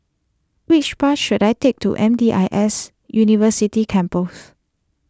which bus should I take to M D I S University Campus